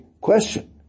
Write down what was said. question